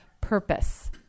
purpose